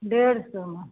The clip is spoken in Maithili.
डेढ़ सएमे